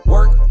Work